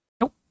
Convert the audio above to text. Nope